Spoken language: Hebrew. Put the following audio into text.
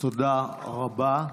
תודה רבה.